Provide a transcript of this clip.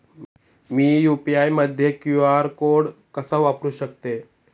मी UPI मध्ये QR code कसा वापरु शकते?